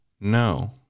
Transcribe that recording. No